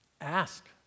ask